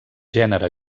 gènere